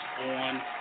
on